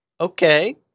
Okay